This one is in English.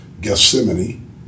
Gethsemane